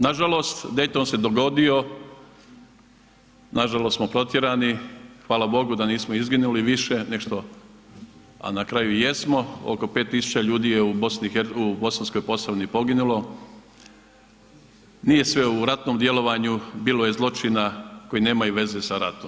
Nažalost, Dayton se dogodio, nažalost smo protjerani, hvala bogu da nismo izginuli više nego što a na kraju jesmo, oko 5000 ljudi je u Bosanskoj Posavini poginulo, nije sve u ratnom djelovanju, bilo je zločina koji nemaju veze sa ratom.